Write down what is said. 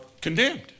condemned